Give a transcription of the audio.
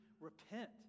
repent